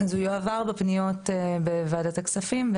אז הוא יועבר בפניות בוועדת הכספים,